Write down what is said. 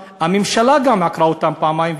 הממשלה גם עקרה אותם פעמיים,